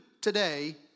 today